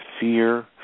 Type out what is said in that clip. fear